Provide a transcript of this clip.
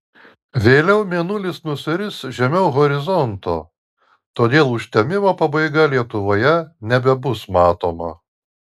vėliau mėnulis nusiris žemiau horizonto todėl užtemimo pabaiga lietuvoje nebebus matoma